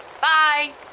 Bye